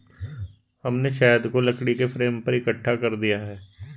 हमने शहद को लकड़ी के फ्रेम पर इकट्ठा कर दिया है